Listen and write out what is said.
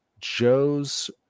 Joe's